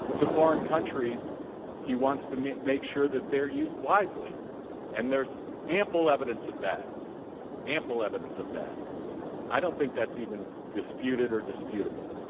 to foreign countries he wants to meet make sure that they're used wisely and there's ample evidence of the ample evidence of that i don't think that's even disputed are disputable